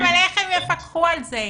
נחום אבל איך הם יפקחו על זה?